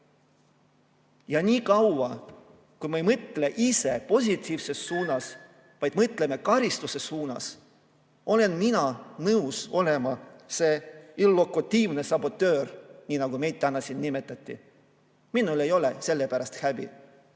Niikaua, kuni me ei mõtle ise positiivses suunas, vaid mõtleme karistuse suunas, olen mina nõus olema see illokutiivne sabotöör, nii nagu meid täna siin nimetati. Minul ei ole selle pärast häbi.